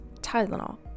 Tylenol